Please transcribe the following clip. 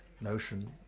notion